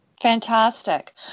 fantastic